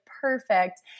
perfect